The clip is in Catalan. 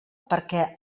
perquè